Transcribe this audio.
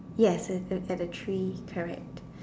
yes it is at a tree correct